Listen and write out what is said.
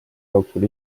jooksul